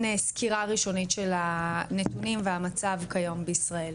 סקירה ראשונית של הנתונים והמצב כיום בישראל.